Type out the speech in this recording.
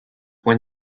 when